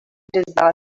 disaster